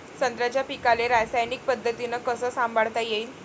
संत्र्याच्या पीकाले रासायनिक पद्धतीनं कस संभाळता येईन?